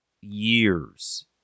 years